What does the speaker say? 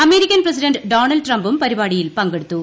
American president Donald ട്രംപും പരിപാടിയിൽ പങ്കെടുത്തു